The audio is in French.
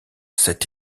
cet